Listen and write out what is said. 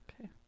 okay